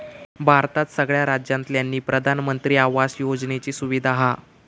भारतात सगळ्या राज्यांतल्यानी प्रधानमंत्री आवास योजनेची सुविधा हा